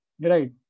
right